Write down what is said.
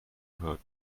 hurt